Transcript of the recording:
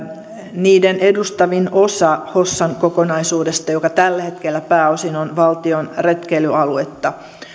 niiden edustavin osa hossan kokonaisuudesta joka tällä hetkellä pääosin on valtion retkeilyaluetta